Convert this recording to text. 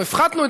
או הפחתנו,